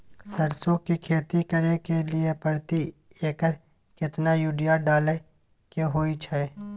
सरसो की खेती करे के लिये प्रति एकर केतना यूरिया डालय के होय हय?